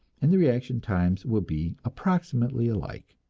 and the reaction times will be approximately alike.